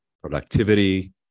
productivity